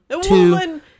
Two